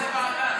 איזו ועדה?